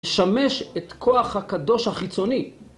‫לשמש את כוח הקדוש החיצוני.